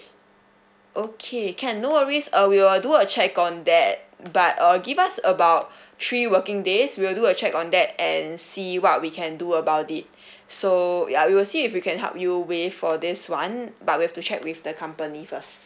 okay can no worries uh we will do a check on that but uh give us about three working days we'll do a check on that and see what we can do about it so ya we will see if we can help you waive for this one but we have to check with the company first